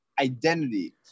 identity